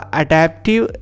adaptive